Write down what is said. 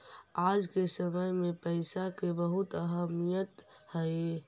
आज के समय में पईसा के बहुत अहमीयत हई